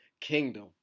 Kingdom